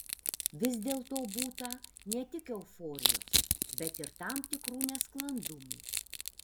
vis dėlto būta ne tik euforijos bet ir tam tikrų nesklandumų